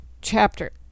chapter